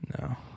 No